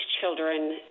children